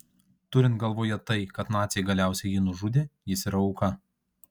turint galvoje tai kad naciai galiausiai jį nužudė jis yra auka